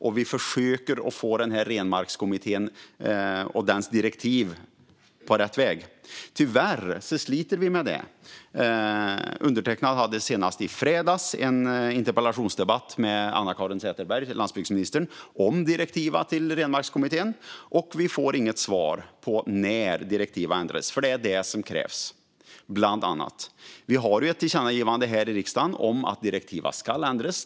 Och vi försöker få in Renmarkskommittén och dess direktiv på rätt väg. Tyvärr sliter vi med det. Undertecknad hade senast i fredags en interpellationsdebatt med landsbygdsminister Anna-Caren Sätherberg om direktiven till Renmarkskommittén, men vi får inget svar på när direktiven ska ändras. Det är nämligen bland annat det som krävs. Det finns ett tillkännagivande från riksdagen om att direktiven ska ändras.